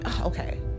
Okay